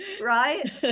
right